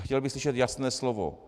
Chtěl bych slyšet jasné slovo.